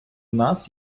нас